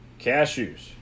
cashews